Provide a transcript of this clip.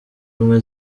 ubumwe